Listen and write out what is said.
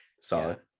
Solid